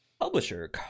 Publisher